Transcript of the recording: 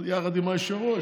יחד עם היושב-ראש,